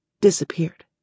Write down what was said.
disappeared